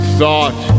thought